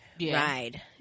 ride